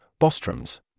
Bostroms